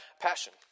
passion